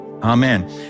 Amen